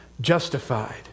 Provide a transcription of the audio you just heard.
Justified